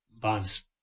Bonds